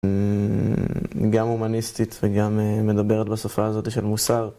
גם הומניסטית וגם מדברת בשפה הזאת של מוסר